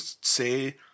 say